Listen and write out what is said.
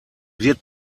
wird